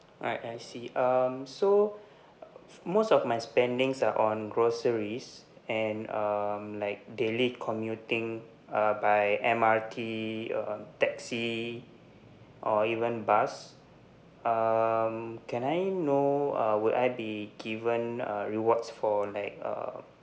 right I see um so most of my spendings are on groceries and um like daily commuting uh by M_R_T um taxi or even bus um can I know uh would I be given uh rewards for like uh